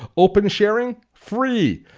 open sharing? free.